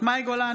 מאי גולן,